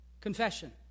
Confession